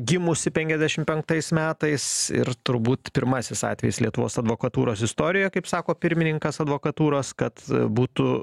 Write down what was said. gimusį penkiasdešim penktais metais ir turbūt pirmasis atvejis lietuvos advokatūros istorijoje kaip sako pirmininkas advokatūros kad būtų